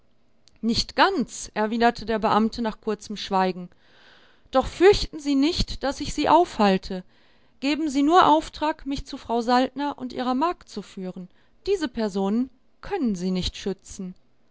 nicht ganz erwiderte der beamte nach kurzem schweigen doch fürchten sie nicht daß ich sie aufhalte geben sie nur auftrag mich zu frau saltner und ihrer magd zu führen diese personen können sie nicht schützen